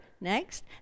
next